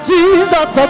Jesus